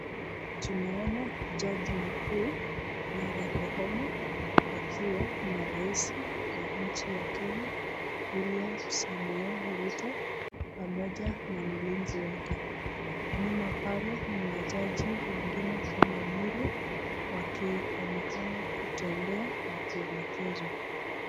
Tunaona jaji mkuu, Martha Koome akiwa na raisi wa nchi la Kenya, William Samoei Ruto pamoja na mlinzi wake. Nyuma pale ni majaji wengine kama Mwililu, wakionekana kutembea na kuelekezwa.